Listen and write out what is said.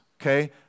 okay